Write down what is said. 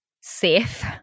safe